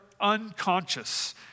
unconscious